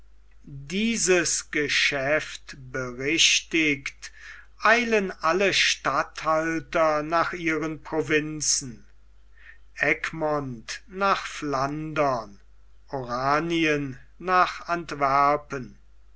dieses geschäft berichtigt eilen alle statthalter nach ihren provinzen egmont nach flandern oranien nach antwerpen